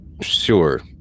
Sure